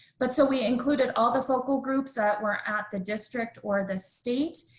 but so we included all the focal groups that were at the district or the state.